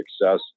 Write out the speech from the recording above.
success